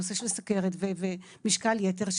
הנושא של סוכרת ומשקל יתר,